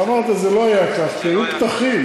אמרת שזה לא היה כך, כי היו פתחים.